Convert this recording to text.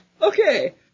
Okay